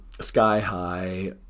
sky-high